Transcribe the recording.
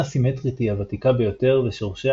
הצפנה סימטרית היא הוותיקה ביותר ושורשיה